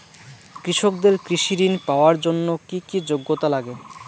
কৃষকদের কৃষি ঋণ পাওয়ার জন্য কী কী যোগ্যতা লাগে?